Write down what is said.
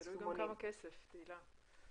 תלוי גם כמה כסף, תהילה.